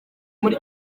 muri